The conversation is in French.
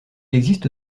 existe